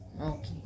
Okay